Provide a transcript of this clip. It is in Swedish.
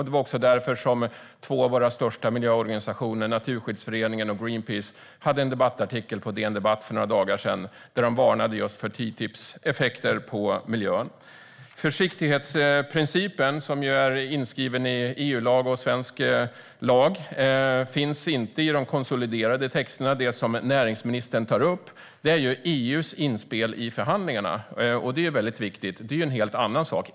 Det var också därför som två av våra största miljöorganisationer, Naturskyddsföreningen och Greenpeace, hade en debattartikel på DN Debatt för några dagar sedan där de varnade just för TTIP:s effekter på miljön. Försiktighetsprincipen som är inskriven i EU-lag och svensk lag finns inte i de konsoliderade texterna. Det som näringsministern tar upp är EU:s inspel i förhandlingarna. Det är mycket viktigt, och det är en helt annan sak.